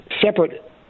separate